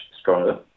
stronger